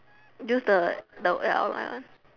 use the the online one